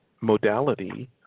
modality